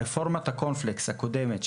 רפורמת הקורנפלקס הקודמת,